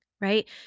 right